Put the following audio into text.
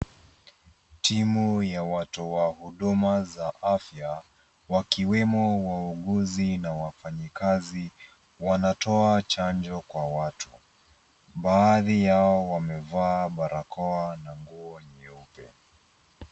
Timu ya watoa huduma za afya, wakiwemo wauguzi na wafanyikazi wanatoa chanjo kwa watu. Baadhi yao wamevaa barakoa na nguo nyeupe.